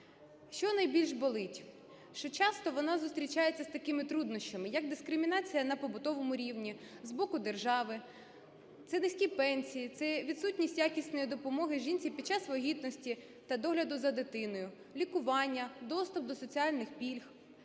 Що найбільш болить? Що часто вона зустрічається з такими труднощами, як дискримінація на побутовому рівні, з боку держави – це низькі пенсії, це відсутність якісної допомоги жінці під час вагітності та догляду за дитиною, лікування, доступ до соціальних пільг,